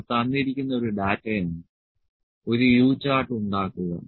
ഇത് തന്നിരിക്കുന്ന ഒരു ഡാറ്റയാണ് ഒരു U ചാർട്ട് ഉണ്ടാക്കുക